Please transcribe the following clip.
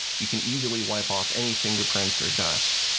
you can easily wipe off any fingerprints or dust,